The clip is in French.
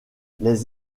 les